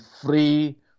free